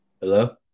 Hello